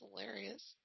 hilarious